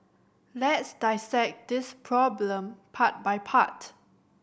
let's dissect this problem part by part